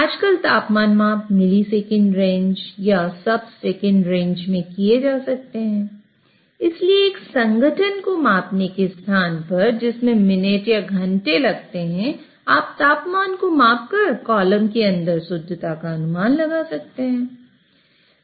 आजकल तापमान माप मिली सेकंड रेंज या सब सेकंड रेंज में किया जा सकते हैं इसलिए एक संघटन को मापने के स्थान पर जिसमें मिनट या घंटे लगते हैं हम तापमान को माप कर कॉलम के अंदर शुद्धता का अनुमान लगा सकते हैं